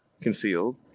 concealed